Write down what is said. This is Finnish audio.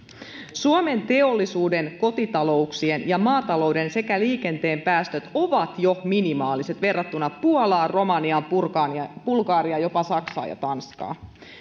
suomen teollisuuden kotitalouksien ja maatalouden sekä liikenteen päästöt ovat jo minimaaliset verrattuna puolaan romaniaan ja bulgariaan jopa saksaan ja tanskaan